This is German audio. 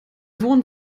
wohnen